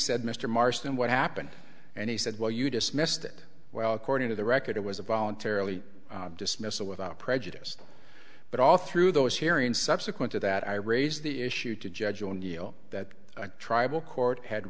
said mr marston what happened and he said well you dismissed it well according to the record it was a voluntarily dismissal without prejudice but all through those hearings subsequent to that i raised the issue to judge on deal that tribal court had